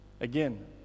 Again